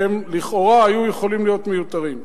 שלכאורה היו יכולים להיות מיותרים.